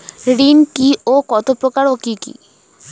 ঋণ কি ও কত প্রকার ও কি কি?